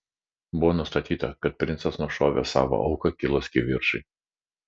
buvo nustatyta kad princas nušovė savo auką kilus kivirčui